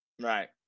right